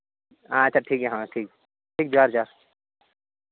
ᱟᱪᱪᱷᱟ ᱴᱷᱤᱠ ᱜᱮᱭᱟ ᱦᱳᱭ ᱴᱷᱤᱠ ᱴᱷᱤᱠ ᱡᱚᱦᱟᱨ ᱡᱚᱦᱟᱨ